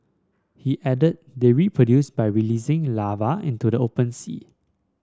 he added they reproduce by releasing larvae into the open sea